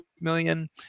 million